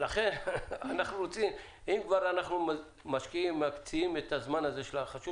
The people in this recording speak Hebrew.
לכן אם כבר אנחנו משקיעים את הזמן החשוב